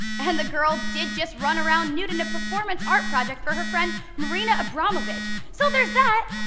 and the girl did just run around nude in a performance art project for her friend marina abramovic. so there's that!